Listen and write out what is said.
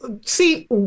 See